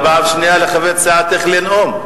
ופעם שנייה לחברת סיעתך לנאום.